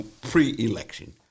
pre-election